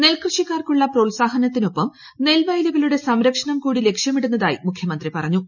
നെൽകൃഷിക്കാർക്കുള്ള പ്രോത്സാഹനത്തിനൊപ്പം നെൽവയലുകളുടെ സംരക്ഷണം കൂടി ലക്ഷ്യമിടുന്നതായി മുഖ്യമന്ത്രി പറഞ്ഞു